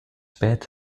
spät